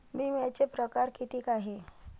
बिम्याचे परकार कितीक हाय?